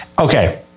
Okay